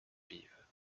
vives